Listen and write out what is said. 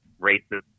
racist